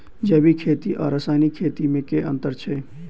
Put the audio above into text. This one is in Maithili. जैविक खेती आ रासायनिक खेती मे केँ अंतर छै?